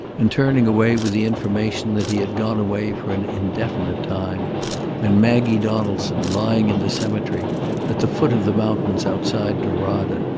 and turning away with the information that he had gone away for an indefinite time and maggie donaldson, lying in the cemetery at the foot of the mountains outside norada,